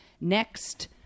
next